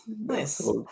nice